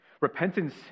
Repentance